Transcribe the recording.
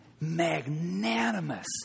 magnanimous